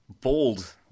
bold